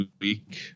week